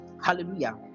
Hallelujah